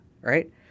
right